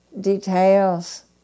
details